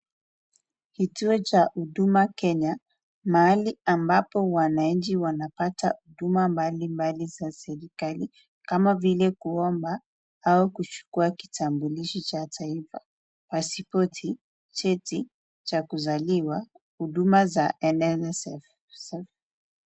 Kituo cha huduma Kenya , mahali ambapo wananchi wanapata huduma mbalimbali za serikali kama vile kuomba au kuchukua kitambulisho cha taifa ,pasipoti, cheti cha kuzaliwa, huduma za "NSSF"